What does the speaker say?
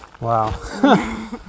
Wow